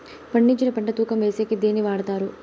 పండించిన పంట తూకం వేసేకి దేన్ని వాడతారు?